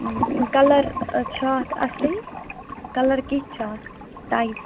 colour چھُ اَتھ اصٕل کلر کِتھ چھِ اَتھ ٹایِپ